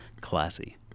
classy